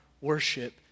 worship